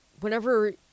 whenever